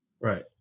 Right